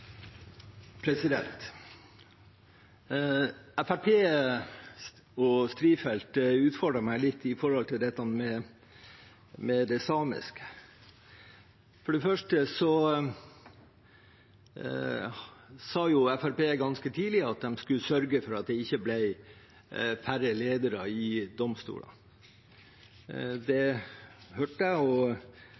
og Strifeldt utfordret meg litt på dette med det samiske. For det første sa Fremskrittspartiet ganske tidlig at de skulle sørge for at det ikke ble færre ledere i domstolene. Det hørte jeg og